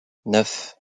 neuf